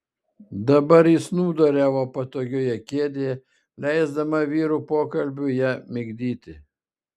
dabar ji snūduriavo patogioje kėdėje leisdama vyrų pokalbiui ją migdyti